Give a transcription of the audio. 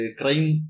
crime